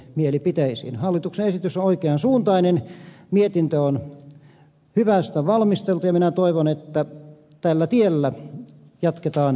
hallituksen esitys on oikean suuntainen mietintö on hyvästi valmisteltu ja minä toivon että tällä tiellä jatketaan eteenpäin